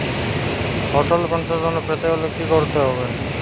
অটল pension Yojana পেতে হলে কি করতে হবে?